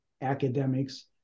academics